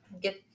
get